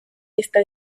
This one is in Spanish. esta